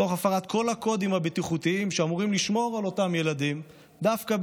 תוך הפרת כל הקודים הבטיחותיים שאמורים לשמור על אותם ילדים דווקא,